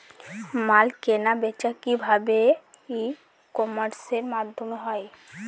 মাল কেনাবেচা কি ভাবে ই কমার্সের মাধ্যমে হয়?